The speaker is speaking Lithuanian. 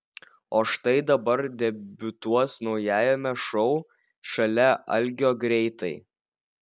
o štai dabar debiutuos naujajame šou šalia algio greitai